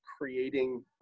creating